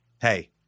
Hey